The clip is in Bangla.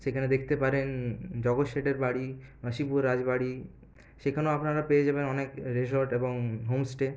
সেখানে দেখতে পারেন জগৎ শেঠের বাড়ি রাজবাড়ি সেখানেও আপনারা পেয়ে যাবেন অনেক রিসর্ট এবং হোমস্টে